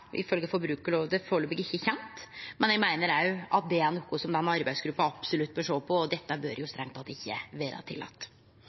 kjent, men eg meiner òg at det er noko som denne arbeidsgruppa absolutt bør sjå på, og det bør